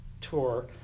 tour